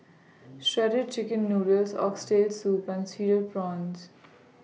Shredded Chicken Noodles Oxtail Soup and Cereal Prawns